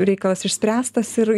reikalas išspręstas ir